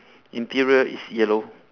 interior is yellow